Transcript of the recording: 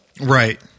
Right